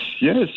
yes